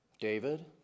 David